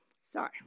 sorry